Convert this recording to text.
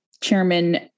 chairman